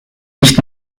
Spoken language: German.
nicht